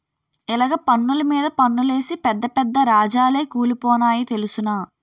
ఇలగ పన్నులు మీద పన్నులేసి పెద్ద పెద్ద రాజాలే కూలిపోనాయి తెలుసునా